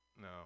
no